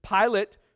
Pilate